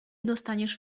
dostaniesz